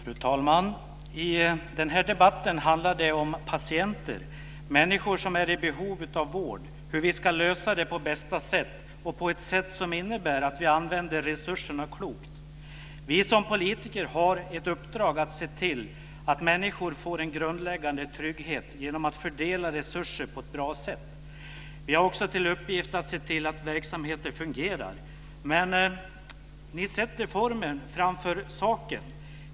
Fru talman! I denna debatt handlar det om patienter, människor som är i behov av vård - hur vi ska lösa detta på bästa sätt och på ett sätt som innebär att vi använder resurserna klokt. Vi som politiker har ett uppdrag att se till att människor får en grundläggande trygghet genom att fördela resurser på ett bra sätt. Vi har också till uppgift att se till att verksamheter fungerar. Men ni sätter formen framför saken.